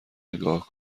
نگاه